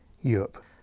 Europe